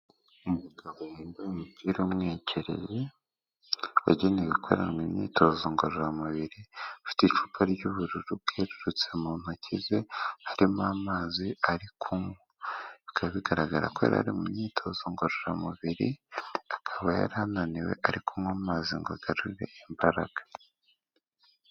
Umugabo wambaye umupira umwegereye yagenewe gukoranwa imyitozo ngororamubiri ufite icupa ry'ubururu bwerurutse mu ntoki ze harimo amazi arikunywa . Bikaba bigaragara ko yari ari mu myitozo ngororamubiri akaba yari ananiwe ari kunywa amazi ngo agarure imbaraga.